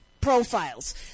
profiles